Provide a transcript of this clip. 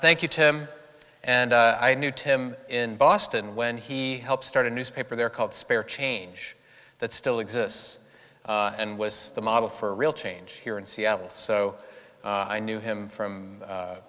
thank you tim and i knew tim in boston when he helped start a newspaper there called spare change that still exists and was the model for real change here in seattle so i knew him from